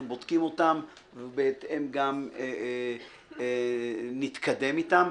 אנחנו בודקים אותם, ובהתאם גם נתקדם איתם.